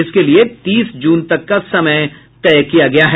इसके लिए तीस जून तक का समय तय किया गया है